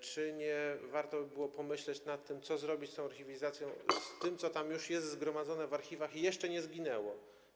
Czy nie warto by było pomyśleć nad tym, co zrobić z tą archiwizacją, z tym, co tam już jest zgromadzone w archiwach i jeszcze nie zginęło?